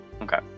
Okay